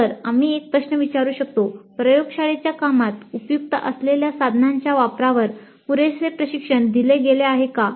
तर आम्ही एक प्रश्न विचारू शकतो प्रयोगशाळेच्या कामात उपयुक्त असलेल्या साधनांच्या वापरावर पुरेसे प्रशिक्षण दिले गेले आहे का